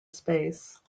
space